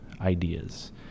ideas